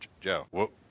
Joe